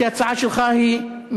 כי ההצעה שלך מרתקת,